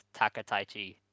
Takataichi